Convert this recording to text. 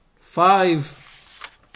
five